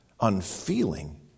unfeeling